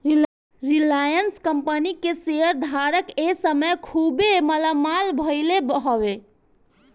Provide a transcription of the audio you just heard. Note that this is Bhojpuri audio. रिलाएंस कंपनी के शेयर धारक ए समय खुबे मालामाल भईले हवे